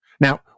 Now